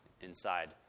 inside